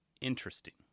interesting